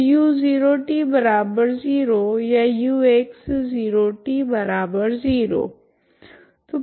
तो u 0t 0 या ux 0t 0